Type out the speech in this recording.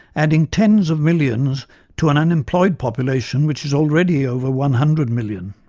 adding tens of millions to an unemployed population which is already over one hundred million.